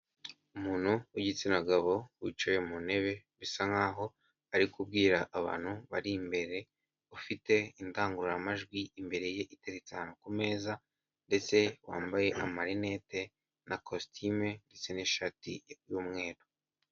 Umuntu w'igitsina gabo wicaye mu ntebe bisa nk'aho ari kubwira abantu bari imbere ufite indangururamajwi imbere ye iteretse ahantu ku meza, ndetse wambaye amarinete na kositimu ndetse n'ishati y'umweru.